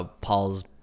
paul's